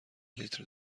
لیتر